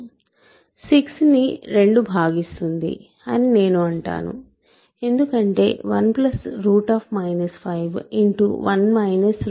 6 ని 2 భాగిస్తుంది అని నేను అంటాను ఎందుకంటే 1 5